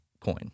Coin